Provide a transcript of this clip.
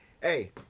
Hey